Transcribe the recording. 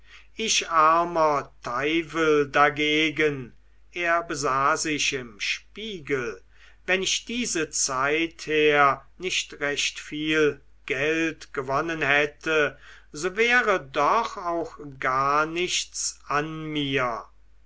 ich armer teufel dagegen er besah sich im spiegel wenn ich diese zeit her nicht recht viel geld gewonnen hätte so wäre doch auch gar nichts an mir